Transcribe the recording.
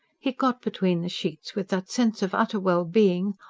he got between the sheets with that sense of utter well-being,